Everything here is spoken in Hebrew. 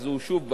אז הוא שוב בא,